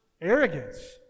arrogance